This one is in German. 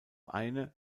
eine